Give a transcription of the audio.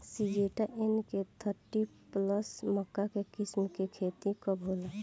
Syngenta NK thirty plus मक्का के किस्म के खेती कब होला?